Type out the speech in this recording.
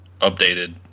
updated